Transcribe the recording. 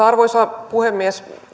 arvoisa puhemies